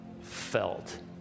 felt